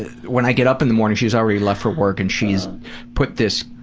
when i get up in the morning, she's already left for work, and she's put this,